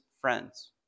friends